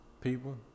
people